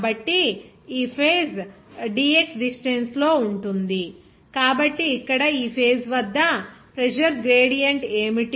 కాబట్టి ఈ face dx distance లో ఉంటుంది కాబట్టి ఇక్కడ ఈ ఫేస్ వద్ద ప్రెజర్ గ్రేడియంట్ ఏమిటి